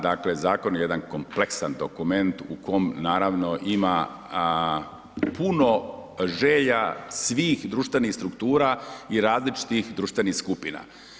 Dakle, zakon je jedan kompleksan dokument u kom, naravno ima puno želja svih društvenih struktura i različitih društvenih skupina.